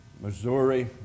Missouri